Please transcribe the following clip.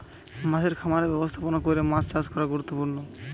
মাছের খামারের ব্যবস্থাপনা কইরে মাছ চাষ করা গুরুত্বপূর্ণ